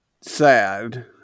sad